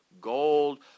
gold